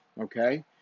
Okay